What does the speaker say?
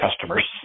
customers